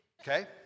Okay